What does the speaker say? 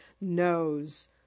knows